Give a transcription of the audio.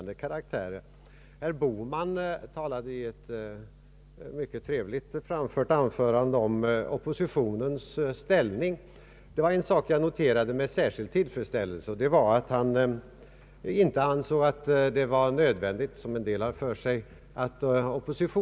Det är mycket lätt att visa att herr Palme har fel på den punkten.